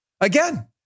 Again